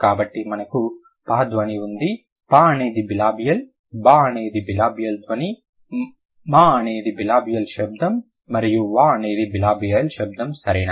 కాబట్టి మనకు pa ధ్వని ఉంది pa అనేది బిలాబియల్ ba అనేది బిలాబియల్ ధ్వని ma అనేది బిలాబియల్ శబ్దం మరియు wa అనేది బిలాబియల్ శబ్దం సరేనా